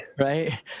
Right